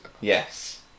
Yes